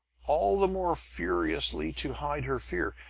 all the more furiously to hide her fear.